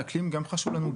האקלים גם חשוב לנו,